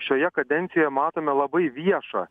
šioje kadencijoje matome labai viešą